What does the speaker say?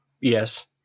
Yes